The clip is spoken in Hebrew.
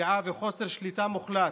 פשיעה וחוסר שליטה מוחלט.